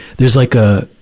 there's like a,